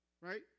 right